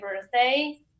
birthday